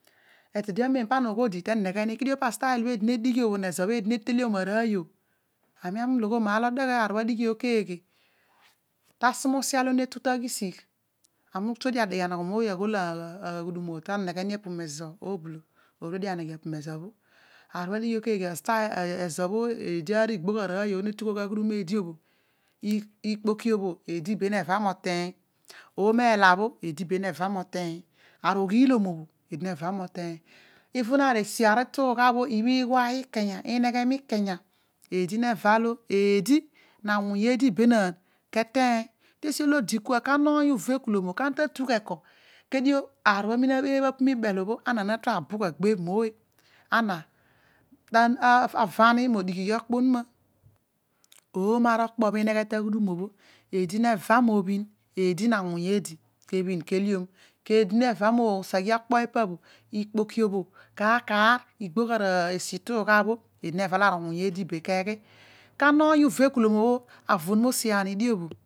Etede amem pa na oghodi tenegheni but astyle obho eedi nezo bho eedi neteliom arooy obho, ani ologhiomi mam olo ooleghe oh, keghe, ta asumusin olo netu ami tuedio adeghe anogho wooy aghol, ami tuidio odeghe anoghe mooy aghol tenegheni meedie oblo ineghe dio meedie aar bho adighi bho keeghe ezo arooy loho neltughogh aghudum eedi, ikpoki bho eedi be neva moeteeny, omo eola bho eedi be neva mooteeny, aro oghiilom obho eedi be neva mooteey even esi ari tuugha bho ibho ighua ipu bho imikanya ibho ineghea miikanya eedi neva lo eedi no awuny eedi be keeteeny te asi olo odi kua, kana oong uvekulom obho, eedi no anuny ke ebhin kehon keedi neva mo seghe okpo ipo bho ikpoki bho kor kar igbogh arisi bho itugha eedi neva olo aweny aedi be ke eghe kana oony uvekalom aro onuma osi ani dio bho